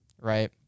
right